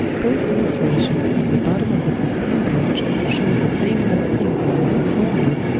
both illustrations at the bottom of the preceding page show the same receding form of the forehead,